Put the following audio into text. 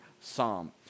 psalm